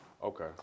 Okay